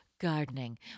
gardening